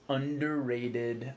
underrated